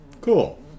Cool